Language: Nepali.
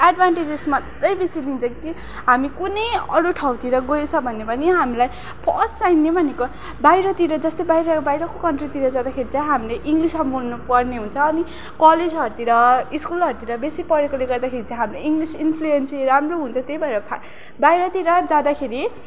एडभान्टेजेस मात्रै बेसी दिन्छ कि हामी कुनै अरू ठाउँतिर गएछ भने पनि हामीलाई फस्ट चाहिने भनेको बाहिरतिर जस्तै बाहिर बाहिरको कन्ट्रीतिर जाँदाखेरि चाहिँ हामीले इङ्लिसमा बोल्नु पर्ने हुन्छ अनि कलेजहरूतिर स्कुलहरूतिर बेसी पढेकोले गर्दाखेरि चाहिँ हामी इङ्सिल इनफ्लुएन्सी राम्रो हुन्छ त्यही भएर बाहिरतिर जाँदाखेरि